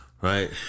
Right